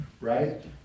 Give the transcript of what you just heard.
right